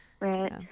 right